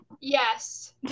Yes